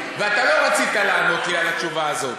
ואתה לא רצית לענות לי את התשובה הזאת.